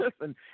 listen